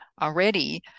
already